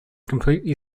completely